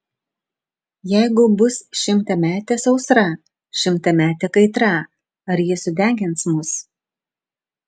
jeigu bus šimtametė sausra šimtametė kaitra ar ji sudegins mus